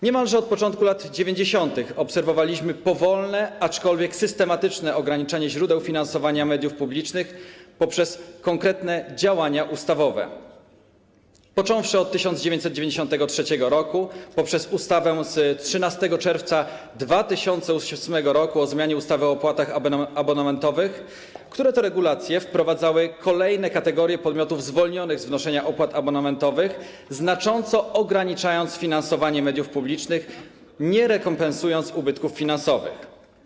Niemalże od początku lat 90. obserwowaliśmy powolne, aczkolwiek systematyczne ograniczanie źródeł finansowania mediów publicznych poprzez konkretne działania ustawowe - począwszy od 1993 r., poprzez ustawę z 13 czerwca 2008 r. o zmianie ustawy o opłatach abonamentowych - które to regulacje wprowadzały kolejne kategorie podmiotów zwolnionych z wnoszenia opłat abonamentowych, znacząco ograniczając finansowanie mediów publicznych, nie rekompensując ubytków finansowych.